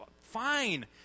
fine